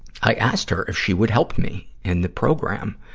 i asked her if she would help me in the program.